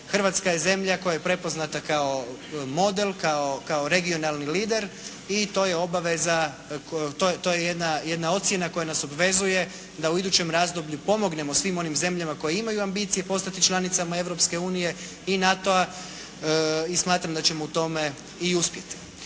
Hrvatska je zemlja koja je prepoznata kao model, kao regionalni leader i to je obaveza, to je jedna ocjena koja nas obvezuje da u idućem razdoblju pomognemo svim onim zemljama koje imaju ambicije postati članicama Europske unije i NATO-a i smatram da ćemo u tome i uspjeti.